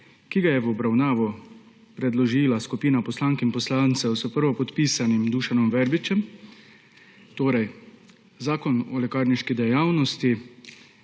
ki ga je v obravnavo predložila skupina poslank in poslancev s prvopodpisanim Dušanom Verbičem, torej Zakon o lekarniški dejavnosti,